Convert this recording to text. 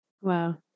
Wow